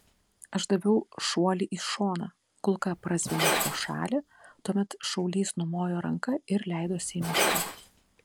aš daviau šuolį į šoną kulka prazvimbė pro šalį tuomet šaulys numojo ranka ir leidosi į mišką